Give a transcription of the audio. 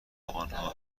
آنها